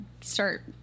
start